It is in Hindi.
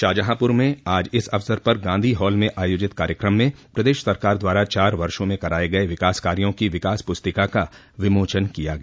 शाहजहांपुर में आज इस अवसर पर गांधी हॉल में आयोजित कार्यक्रम में प्रदेश सरकार द्वारा चार वर्षों में कराये गये विकास कार्यों की विकास पुस्तिका का विमोचन किया गया